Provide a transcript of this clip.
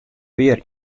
pear